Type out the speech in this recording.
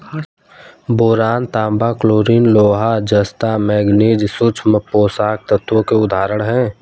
boron, तांबा, chlorine, लोहा, जस्ता, मैंगनीज सूक्ष्म पोषक तत्वों के उदाहरण हैं